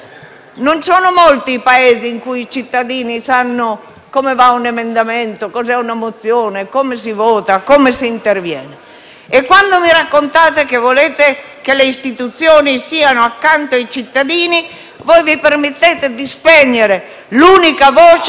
Non sono molti i Paesi in cui i cittadini sanno come funziona un emendamento, cosa è una mozione, come si vota e come si interviene. E, mentre raccontate che volete che le istituzioni siano accanto ai cittadini, voi vi permettete di spegnere l'unica voce